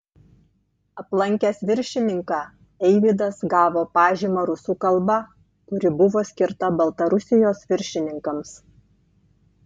aplankęs viršininką eivydas gavo pažymą rusų kalba kuri buvo skirta baltarusijos viršininkams